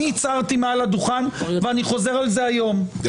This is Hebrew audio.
הצהרתי מעל הדוכן ואני חוזר על זה היום --- על